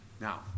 Now